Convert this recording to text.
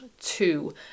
two